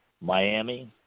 Miami